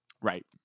Right